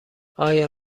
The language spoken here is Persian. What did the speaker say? آیا